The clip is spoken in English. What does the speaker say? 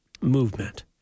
movement